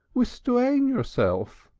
restrain yourself!